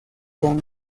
con